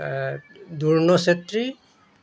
দূৰ্ণ Chetri